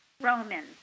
Romans